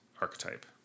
Archetype